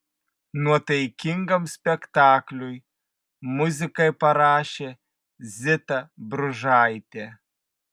nuotaikingam spektakliui muziką parašė zita bružaitė